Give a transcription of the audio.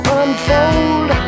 unfold